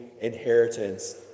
inheritance